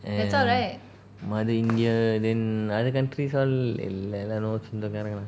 and mother india then other countries all இல்ல இல்ல no சொந்தக்காரங்க தான்:illa illa no sonthakaranga thaan